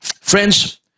Friends